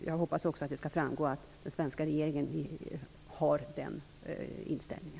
Jag hoppas också att det skall framgå att den svenska regeringen har den inställningen.